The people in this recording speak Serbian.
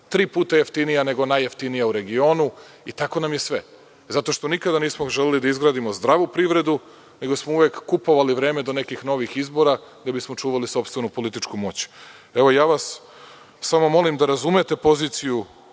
tri puta jeftinija nego najjeftinija u regionu i tako nam je sve. Zato što nikada nismo želeli da izgradimo pravu privredu, nego smo uvek kupovali vreme do nekih novih izbora, da bismo čuvali sopstvenu političku moć. Samo vas molim da razumete poziciju